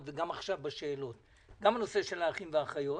וגם עכשיו גם הנושא של אחים ואחיות,